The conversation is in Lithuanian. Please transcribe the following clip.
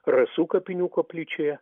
rasų kapinių koplyčioje